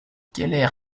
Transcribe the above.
keller